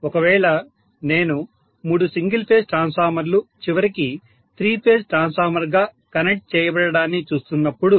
ఒకవేళ నేను మూడు సింగిల్ ఫేజ్ ట్రాన్స్ఫార్మర్లు చివరికి త్రీ ఫేజ్ ట్రాన్స్ఫార్మర్ గా కనెక్ట్ చేయబడడాన్ని చూస్తున్నప్పుడు